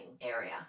area